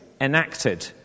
enacted